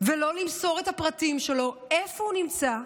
ולא למסור את הפרטים שלו, איפה הוא נמצא,